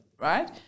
right